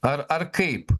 ar ar kaip